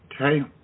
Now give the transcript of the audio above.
Okay